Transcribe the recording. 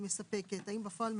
האם בפועל האכיפה מספקת?